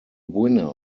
winner